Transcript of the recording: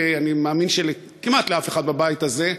ואני מאמין שאין כמעט לאף אחד בבית הזה,